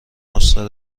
نسخه